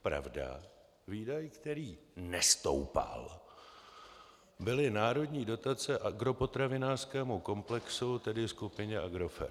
Pravda, výdaj, který nestoupal, byly národní dotace agropotravinářskému komplexu, tedy skupině Agrofert.